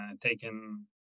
taken